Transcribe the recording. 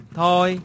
thôi